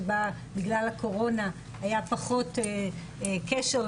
שבה בגלל הקורונה היה פחות קשר,